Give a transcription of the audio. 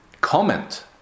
comment